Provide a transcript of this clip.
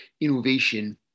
innovation